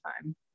time